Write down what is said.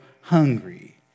hungry